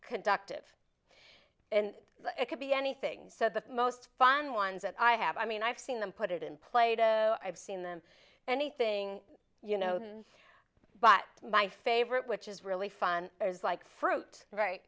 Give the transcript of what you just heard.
conductive and it could be anything so the most fun ones that i have i mean i've seen them put it in played i've seen them anything you know but my favorite which is really fun is like fruit right